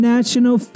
National